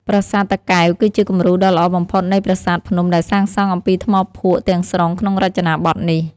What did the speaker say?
ប្រាសាទតាកែវគឺជាគំរូដ៏ល្អបំផុតនៃប្រាសាទភ្នំដែលសាងសង់អំពីថ្មភក់ទាំងស្រុងក្នុងរចនាបថនេះ។